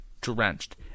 drenched